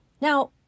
Now